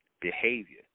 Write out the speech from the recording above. behavior